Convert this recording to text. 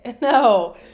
no